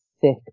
thick